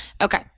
Okay